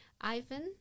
Ivan